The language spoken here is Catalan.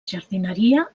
jardineria